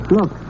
Look